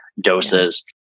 doses